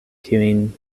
kiujn